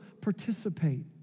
participate